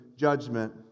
judgment